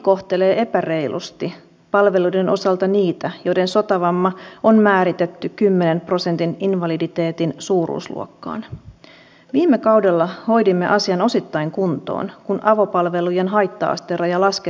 ai niin kuin että rahaa niin tosiaan minä unohdin että minulla on rahaa no viime viikolla sijoitin kaverin yritykseen miljoonan kun minusta sillä oli hyvä idea